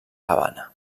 cabana